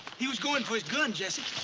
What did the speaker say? he was going for his gun, jesse.